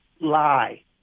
lie